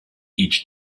each